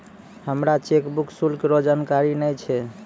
हमरा चेकबुक शुल्क रो जानकारी नै छै